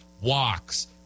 walks